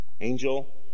Angel